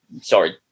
Sorry